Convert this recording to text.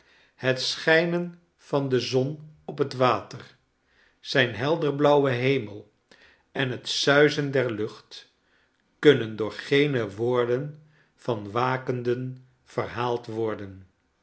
het schijnen van de zon op het water zijn helderblauwe hemel en het suizen der lucht kunnen door geene woorden van wakenden verhaald worden